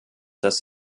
das